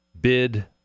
bid